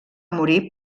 morir